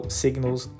signals